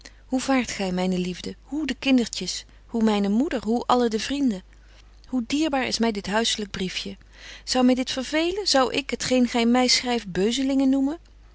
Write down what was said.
hoe vaart gy myne liefde hoe de kindertjes hoe myne moeder hoe alle de vrienden hoe dierbaar is my dit huisselyk brief je zou my dit vervelen zou ik het geen gy my schryft beuzelingen noemen